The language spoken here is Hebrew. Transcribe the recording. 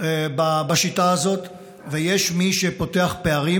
בשיטה הזאת ויש מי שפותח פערים.